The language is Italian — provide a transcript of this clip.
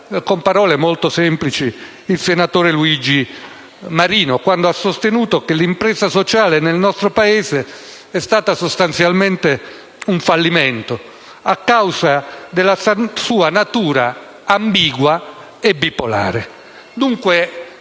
chiaramente il senatore Luigi Marino quando ha sostenuto che l'impresa sociale nel nostro Paese è stata sostanzialmente un fallimento a causa della sua natura ambigua e bipolare. Dunque,